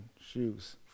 shoes